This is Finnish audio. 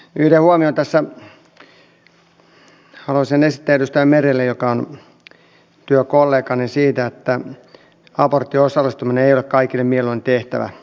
yhden huomion tässä haluaisin esittää edustaja merelle joka on työkollegani siitä että aborttiin osallistuminen ei ole kaikille mieluinen tehtävä